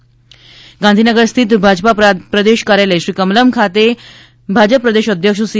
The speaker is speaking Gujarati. ભાજપ કમલમ ગાંધીનગર સ્થિત ભાજપા પ્રદેશ કાર્યાલય શ્રી કમલમ ખાતે ભાજપા પ્રદેશ અધ્યક્ષ સી